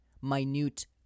minute